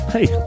Hey